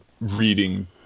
reading